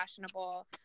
fashionable